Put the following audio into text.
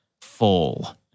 full